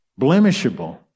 blemishable